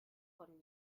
von